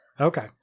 Okay